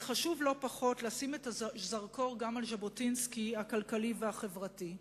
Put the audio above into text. אבל חשוב לא פחות לכוון את הזרקור גם על ז'בוטינסקי הכלכלי והחברתי,